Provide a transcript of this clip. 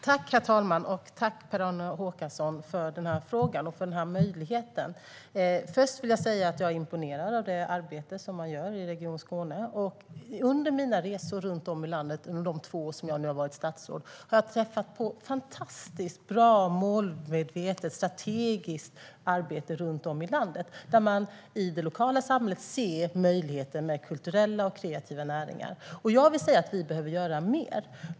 Herr talman! Jag tackar Per-Arne Håkansson för frågan och för möjligheten. Först vill jag säga att jag är imponerad av det arbete man gör i Region Skåne. Under mina resor runt om i landet under de två år jag nu har varit statsråd har jag träffat på fantastiskt bra, målmedvetet och strategiskt arbete, där man i det lokala samhället ser möjligheten med kulturella och kreativa näringar. Jag vill säga att vi behöver göra mer.